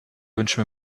wünsche